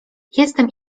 jestem